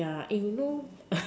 yeah you know